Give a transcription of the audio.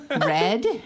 Red